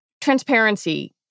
Transparency